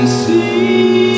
see